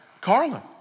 Carla